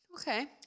Okay